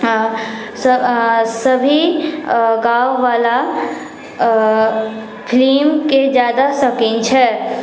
सभी गाँव वाला फिल्मके जादा शौकीन छै